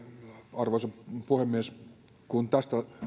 arvoisa puhemies kun tästä